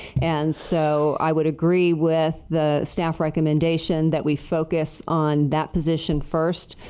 and, so, i would agree with the staff recommendations that we focus on that position first.